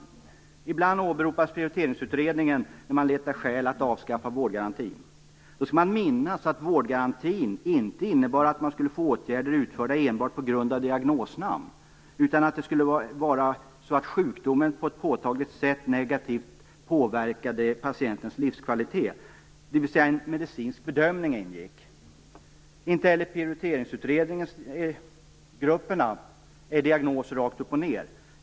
Ibland åberopas prioriteringsutredningen när man letar skäl att avskaffa vårdgarantin. Då skall man minnas att vårdgarantin inte innebar att man skulle få åtgärder utförda enbart på grund av ett diagnosnamn, utan sjukdomen skulle också på ett påtagligt sätt negativt påverka patientens livskvalitet, dvs. en medicinsk bedömning ingick. Inte heller prioriteringsgrupperna är diagnoser rakt upp och ned.